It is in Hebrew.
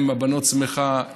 אם הבנות שמחה,